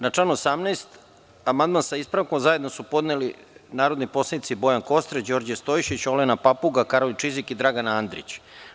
Na član 18. amandman sa ispravkom zajedno su podneli narodni poslanici Bojan Kostreš, Đorđe Stojšić, Olena Papuga, Karolj Čizik i Dragan Andrić.